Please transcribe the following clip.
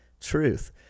truth